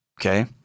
Okay